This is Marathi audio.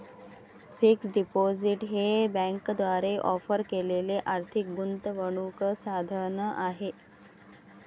फिक्स्ड डिपॉझिट हे बँकांद्वारे ऑफर केलेले आर्थिक गुंतवणूक साधन आहे